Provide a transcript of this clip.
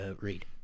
read